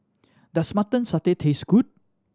does Mutton Satay taste good